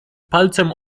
palcem